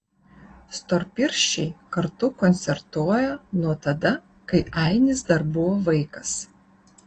storpirščiai kartu koncertuoja nuo tada kai ainis dar buvo vaikas